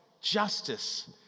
Justice